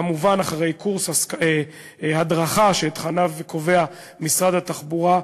כמובן אחרי קורס הדרכה שאת תכניו קובע משרד התחבורה,